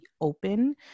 open